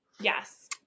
Yes